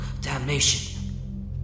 damnation